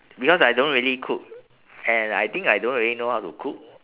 because I don't really cook and I think I don't really know how to cook